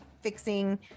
fixing